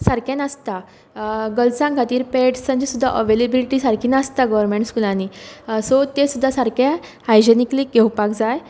गर्ल्सां खातीर पॅड्सांची सुद्धा अवेलेबिलीटी सारकी नासता गोवमेंट स्कुलांनी सो ते सुदा सारके हायजिनिकली घेवपाक जाय